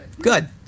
Good